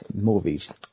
movies